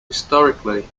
historically